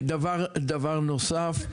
דבר נוסף,